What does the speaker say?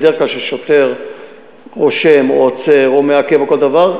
בדרך כלל כששוטר רושם או עוצר או מעכב או כל דבר,